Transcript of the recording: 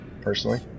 personally